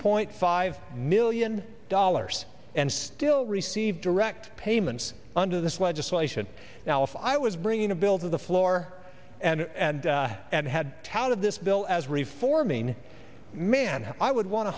point five million dollars and still receive direct payments under this legislation now if i was bringing a bill to the floor and and had tout of this bill as reforming man i would want to